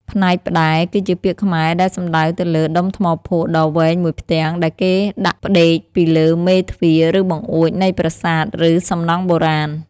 ផ្នែកផ្តែរ គឺជាពាក្យខ្មែរដែលសំដៅទៅលើ ដុំថ្មភក់ដ៏វែងមួយផ្ទាំង ដែលគេដាក់ផ្ដេកពីលើមេទ្វារ ឬបង្អួច នៃប្រាសាទ ឬសំណង់បុរាណ។